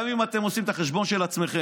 גם אם אתם עושים את החשבון של עצמכם,